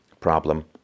problem